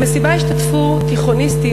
במסיבה השתתפו תיכוניסטים,